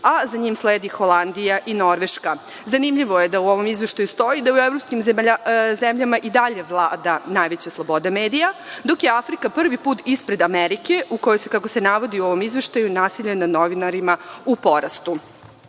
a za njom sledi Holandija i Norveška. Zanimljivo je da u ovom izveštaju stoji da u evropskim zemljama i dalje vlada najveća sloboda medija, dok je Afrika prvi put ispred Amerike, u kojoj je, kako se navodi u ovom izveštaju, nasilje nad novinarima u porastu. Da